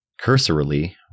Cursorily